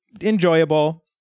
enjoyable